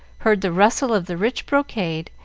heard the rustle of the rich brocade,